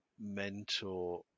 mentor